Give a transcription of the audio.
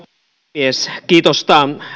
puhemies kiitosta